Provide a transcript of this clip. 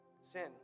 Sin